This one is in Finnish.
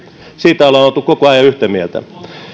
siitä ollaan oltu koko ajan yhtä mieltä